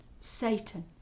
Satan